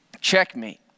Checkmate